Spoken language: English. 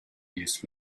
used